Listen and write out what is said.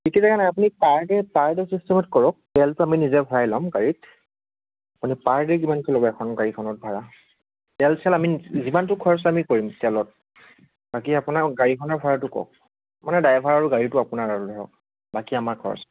কি কি জেগা নাই আপুনি পাৰ ডে' পাৰ ডে' ছিষ্টেমটত কৰক তেলটো আমি নিজেই ভড়াই ল'ম গাড়ীত আপুনি পাৰ ডে' কিমান ল'ব এখন গাড়ীখনত ভাড়া তেল চেল আমি যিমানটো খৰচ আমি কৰিম তেলত বাকী আপোনাৰ গাড়ীখনৰ ভাড়াটো কওক মানে ড্ৰাইভাৰ আৰু গাড়ীটো আপোনাৰ আৰু ধৰক বাকী আমাৰ খৰচ